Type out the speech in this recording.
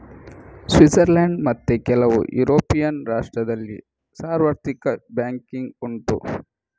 Switzerland ಮತ್ತೆ ಕೆಲವು European ರಾಷ್ಟ್ರದಲ್ಲಿ ಸಾರ್ವತ್ರಿಕ ಬ್ಯಾಂಕಿಂಗ್ ಉಂಟು